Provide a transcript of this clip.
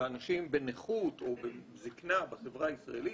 לאנשים בנכות או בזקנה בחברה הישראלית,